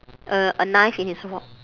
uh a knife in his wok